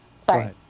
Sorry